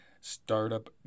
Startup